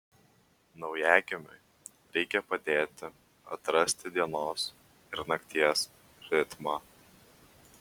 naujagimiui reikia padėti atrasti dienos ir nakties ritmą